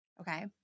Okay